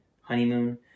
honeymoon